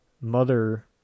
mother